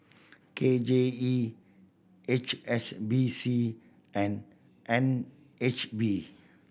K J E H S B C and N H B